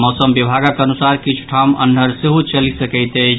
मौसम विभागक अनुसार किछु ठाम अन्हर सेहो चलि सकैत अछि